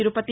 Tirupati